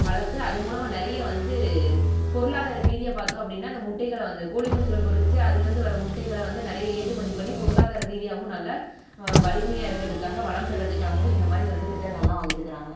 வளர்த்து அது மூலமாக நிறைய வந்து பொருளாதார ரீதியாக பார்த்தோம் அப்படின்னா அந்த முட்டைகளை வந்து கோழி குஞ்சுகள் பொறித்து அதில் இருந்து வர முட்டைகளை வந்து நிறைய ஏற்றுமதி பண்ணி பொருளாதார ரீதியாகவும் நல்ல வலிமையாக இருக்கிறதுக்காக வளம் பெறதுக்காகவும் இந்த மாதிரி வந்து திட்டங்களெலாம் வகுத்துகிறாங்க